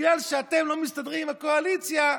בגלל שאתם לא מסתדרים הקואליציה,